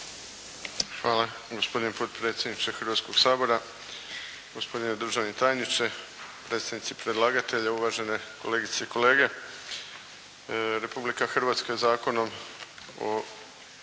Hvala, gospodine potpredsjedniče Hrvatskoga sabora, gospodine državni tajniče, predstavnici predlagatelja, uvažene kolegice i kolege. Republika Hrvatska je Zakonom o